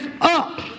up